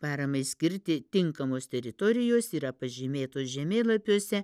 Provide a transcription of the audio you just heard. paramai skirti tinkamos teritorijos yra pažymėtos žemėlapiuose